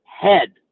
head